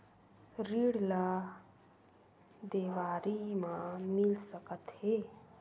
ऋण ला देवारी मा मिल सकत हे